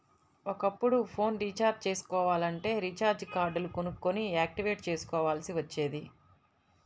ఒకప్పుడు phone recharge చేసుకోవాలంటే recharge కార్డులు కొనుక్కొని యాక్టివేట్ చేసుకోవాల్సి వచ్చేది